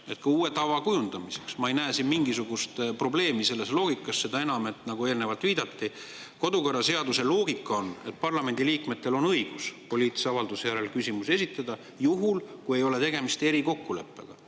ka uue tava kujundamiseks. Ma ei näe selles loogikas mingisugust probleemi, seda enam, et nagu eelnevalt viidati, kodukorraseaduse loogika on see, et parlamendiliikmetel on õigus poliitilise avalduse järel küsimusi esitada, juhul kui ei ole tegemist erikokkuleppega.